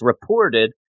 reported